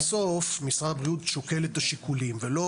כי בסוף משרד הבריאות שוקל את השיקולים, ולא,